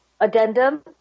addendum